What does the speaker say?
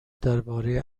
درباره